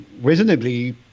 reasonably